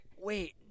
Wait